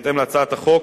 בהתאם להצעת החוק,